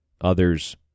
Others